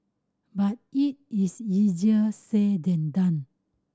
but it is easier said than done